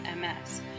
MS